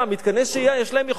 מתקני שהייה, יש להם יכולת קיבולת.